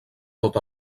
tot